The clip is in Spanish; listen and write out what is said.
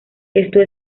esto